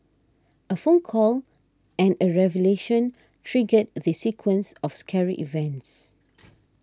a phone call and a revelation triggered the sequence of scary events